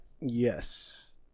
yes